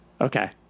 okay